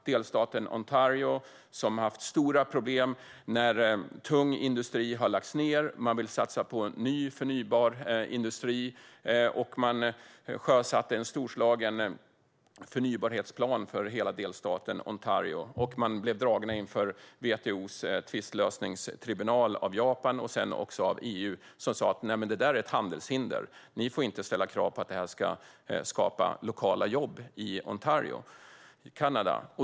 Delstaten Ontario har haft stora problem när tung industri har lagts ned. Man ville satsa på ny förnybar energi, och man sjösatte en storslagen förnybarhetsplan för hela delstaten Ontario. Man blev dragen inför WTO:s tvistlösningstribunal av Japan och EU. Där sa man: Nej, det är ett handelshinder. Ni får inte ställa krav på att det ska skapa lokala jobb i Ontario i Kanada.